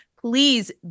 please